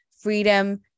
Freedom